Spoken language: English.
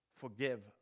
forgive